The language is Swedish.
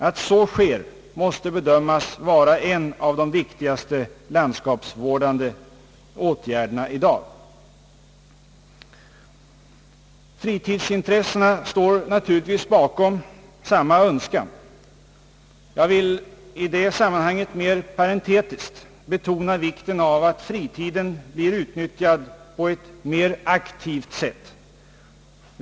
Att så sker måste bedömas vara en av de viktigaste landskapsvårdande åtgärderna i dag. Fritidsintressena står «naturligtvis bakom samma önskan. Jag vill i det sammanhanget mer parentetiskt betona vikten av att fritiden blir utnyttjad på ett aktivt sätt.